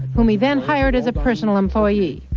whom he then hired as a personal employee.